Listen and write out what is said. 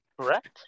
correct